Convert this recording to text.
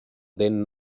dent